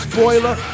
Spoiler